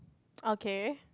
okay